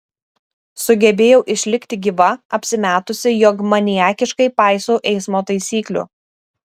sugebėjau išlikti gyva apsimetusi jog maniakiškai paisau eismo taisyklių